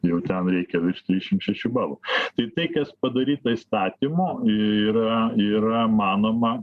jau ten reikia virš trišim šešių balų tai tai kas padaryta įstatymu yra yra manoma